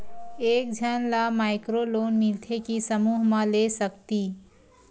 एक झन ला माइक्रो लोन मिलथे कि समूह मा ले सकती?